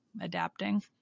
adapting